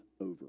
over